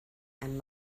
and